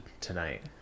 tonight